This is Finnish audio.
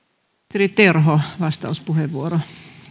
ministeri terho vastauspuheenvuoro